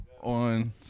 on